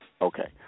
Okay